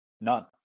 none